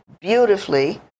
beautifully